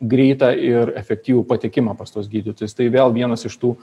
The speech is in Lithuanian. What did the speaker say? greitą ir efektyvų patekimą pas tuos gydytojus tai vėl vienas iš tų